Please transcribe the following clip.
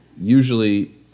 usually